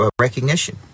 recognition